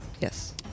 Yes